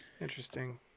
Interesting